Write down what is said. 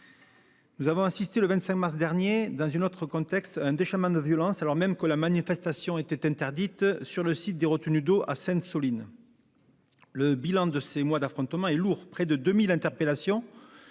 Nous avons assisté, le 25 mars dernier, dans un autre contexte, à un déchaînement de violence à Sainte-Soline, alors même que la manifestation était interdite sur le site des retenues d'eau. Le bilan de ces mois d'affrontements est lourd : près de 2 000 interpellations,